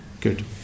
Good